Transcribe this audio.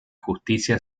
justicia